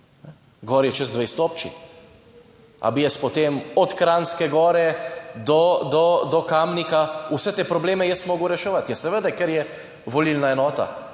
Gor je čez 20 občin, a bi jaz potem od Kranjske Gore do, do Kamnika vse te probleme jaz moral reševati? Je seveda, ker je volilna enota.